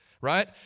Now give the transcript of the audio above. right